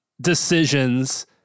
decisions